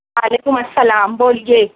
وعلیکم السلام بولیے